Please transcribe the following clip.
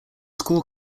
school